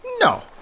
No